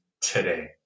today